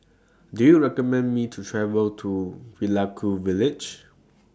Do YOU recommend Me to travel to Vaiaku Village